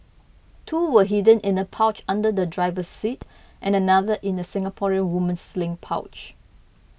two were hidden in a pouch under the driver's seat and another in a Singaporean woman's sling pouch